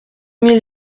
mille